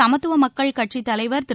சமத்துவ மக்கள் கட்சித்தலைவர் திரு